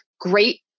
great